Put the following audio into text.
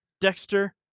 dexter